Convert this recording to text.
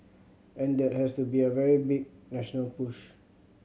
and that has to be a very big national push